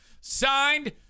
Signed